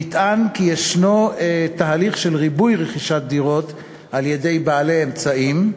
נטען כי ישנו תהליך של ריבוי רכישת דירות על-ידי בעלי אמצעים,